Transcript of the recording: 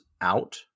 out